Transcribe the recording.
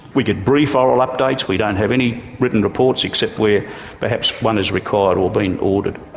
we get brief oral updates we don't have any written reports except where perhaps one is required or been ordered.